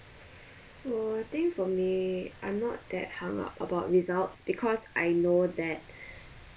err I think for me I'm not that hung up about results because I know that